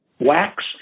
wax